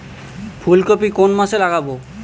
ফুলকপি কোন মাসে লাগাবো?